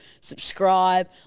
Subscribe